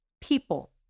people